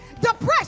depression